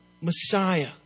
Messiah